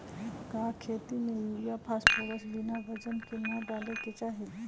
का खेती में यूरिया फास्फोरस बिना वजन के न डाले के चाहि?